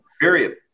Period